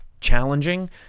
challenging